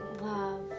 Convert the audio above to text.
Love